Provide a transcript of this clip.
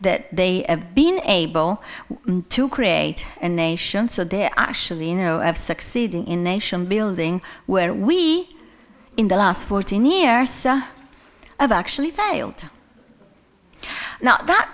that they have been able to create a nation so they're actually you know of succeeding in nation building where we in the last fourteen years of actually failed now that